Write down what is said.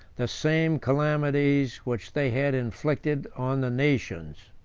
the same calamities which they had inflicted on the nations.